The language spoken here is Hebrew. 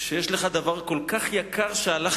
כשדבר כל כך יקר הלך